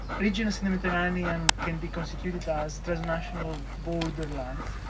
regions in the mediterranean can be constituted as transnational borderlands,